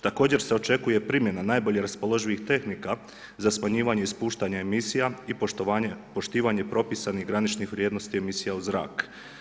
Također se očekuje primjena najbolje raspoloživih tehnika za smanjivanje i ispuštanje emisija i poštivanje propisanih graničnih vrijednosti emisija u zrak.